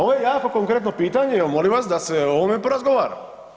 Ovo je jako konkretno pitanje, evo molim vas da se o ovome porazgovara.